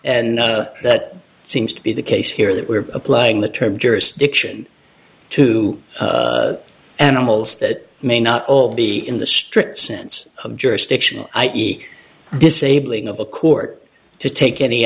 and that seems to be the case here that we are applying the term jurisdiction to animals that may not all be in the strict sense of jurisdictional i e disabling of a court to take any